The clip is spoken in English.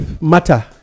matter